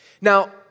Now